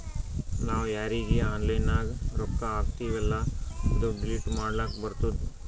ನಾವ್ ಯಾರೀಗಿ ಆನ್ಲೈನ್ನಾಗ್ ರೊಕ್ಕಾ ಹಾಕ್ತಿವೆಲ್ಲಾ ಅದು ಡಿಲೀಟ್ ಮಾಡ್ಲಕ್ ಬರ್ತುದ್